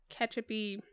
ketchupy